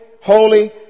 holy